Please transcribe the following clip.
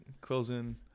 closing